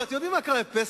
אתם יודעים מה קרה בפסח?